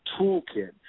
toolkit